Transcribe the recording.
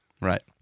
Right